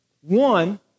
One